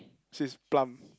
she's plump